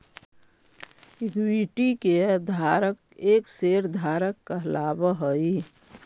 equity के धारक एक शेयर धारक कहलावऽ हइ